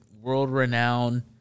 world-renowned